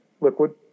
liquid